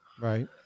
Right